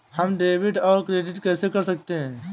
हम डेबिटऔर क्रेडिट कैसे कर सकते हैं?